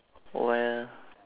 while